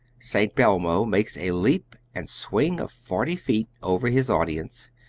st. belmo makes a leap and swing of forty feet over his audience,